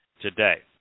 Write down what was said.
today